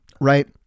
right